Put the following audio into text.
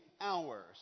hours